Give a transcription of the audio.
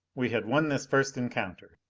we had won this first encounter!